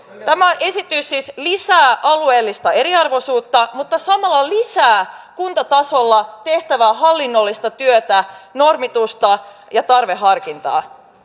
tämä esitys siis lisää alueellista eriarvoisuutta mutta samalla lisää kuntatasolla tehtävää hallinnollista työtä normitusta ja tarveharkintaa